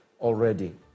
already